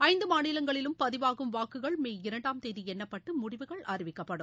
ஐந்து மாநிலங்களிலும் பதிவாகும் வாக்குகள் மே இரண்டாம் தேதி எண்ணப்பட்டு முடிவுகள் அறிவிக்கப்படும்